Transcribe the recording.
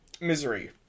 misery